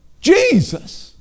Jesus